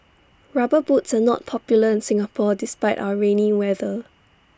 rubber boots are not popular in Singapore despite our rainy weather